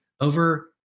over